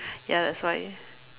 ya that's why